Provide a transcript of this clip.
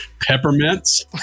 peppermints